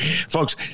folks